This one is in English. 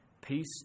Peace